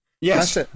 Yes